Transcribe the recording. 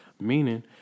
meaning